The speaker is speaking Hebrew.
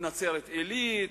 נצרת-עילית,